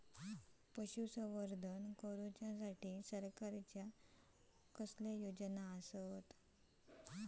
पशुसंवर्धन करूच्या खाती सरकारच्या कसल्या योजना आसत?